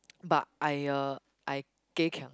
but I uh I geh-kiang